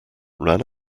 ran